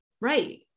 Right